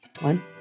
One